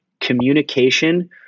communication